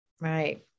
Right